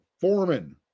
Foreman